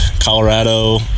Colorado